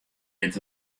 dit